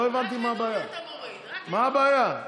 מה הבעיה?